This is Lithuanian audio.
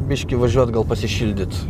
biškį važiuot gal pasišildyt